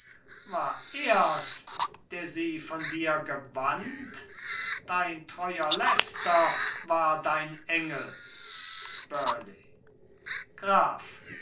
war er's der sie von dir gewandt dein treuer leicester war dein engel burleigh graf